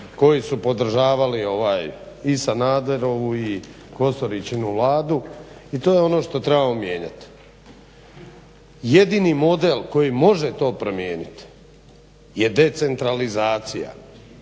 koji su podržavali Sanaderovu i KOsoričinu vladu i to je ono što trebamo mijenjati. Jedini model koji to može promijeniti je decentralizacija.